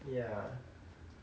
ya